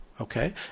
Okay